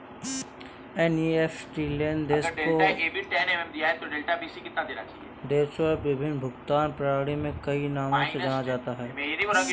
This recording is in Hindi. एन.ई.एफ.टी लेन देन को देशों और विभिन्न भुगतान प्रणालियों में कई नामों से जाना जाता है